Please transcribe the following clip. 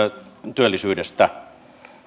työllisyydestä